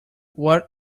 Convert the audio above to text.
what